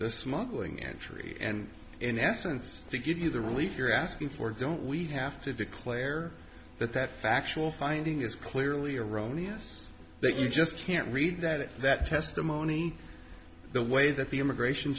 the smuggling entry and in essence to give you the relief you're asking for don't we have to declare that that factual finding is clearly erroneous that you just can't read that that testimony the way that the immigration